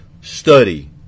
study